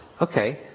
okay